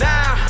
Now